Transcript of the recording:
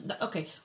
okay